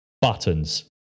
buttons